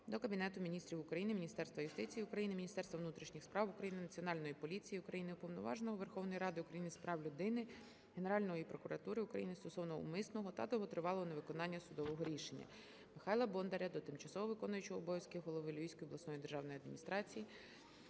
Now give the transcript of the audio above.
до Кабінету Міністрів України, Міністерства юстиції України, Міністерства внутрішніх справ України, Національної поліції України, Уповноваженого Верховної Ради України з прав людини, Генеральної прокуратури України стосовно умисного та довготривалого невиконання судового рішення. Михайла Бондаря до тимчасово виконуючого обов'язки голови Львівської обласної державної адміністрації,